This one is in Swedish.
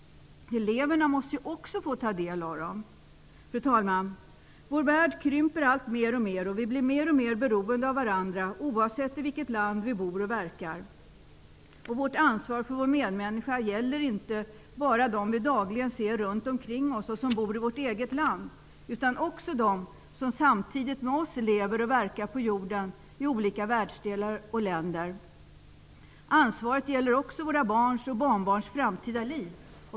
Eleverna måste också få ta del av dem. Fru talman! Vår värld krymper mer och mer. Vi blir mer och mer beroende av varandra oavsett i vilket land vi bor och verkar. Vårt ansvar för vår medmänniska gäller inte bara dem vi dagligen ser runt omkring oss och som bor i vårt eget land. Det gäller också dem som samtidigt med oss lever och verkar på jorden i olika världsdelar och länder. Ansvaret gäller också våra barns och barnbarns framtida liv.